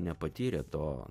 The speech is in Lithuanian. nepatyrė to